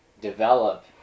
develop